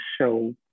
show